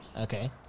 Okay